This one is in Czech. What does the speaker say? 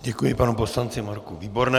Děkuji panu poslanci Marku Výbornému.